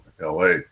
la